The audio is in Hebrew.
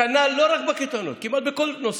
כנ"ל לא רק בקייטנות, כמעט בכל נושא.